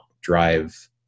drive